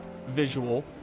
visual